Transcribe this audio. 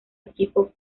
equipo